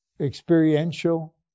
experiential